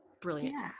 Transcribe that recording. Brilliant